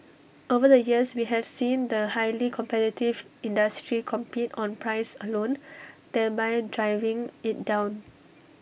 over the years we have seen the highly competitive industry compete on price alone thereby driving IT down